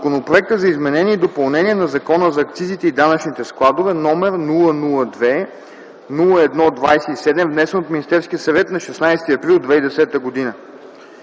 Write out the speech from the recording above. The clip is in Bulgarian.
за изменение и допълнение на Закона за акцизите и данъчните складове, № 002 – 01 – 27, внесен от Министерския съвет на 16.04.2010 г.